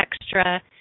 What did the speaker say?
extra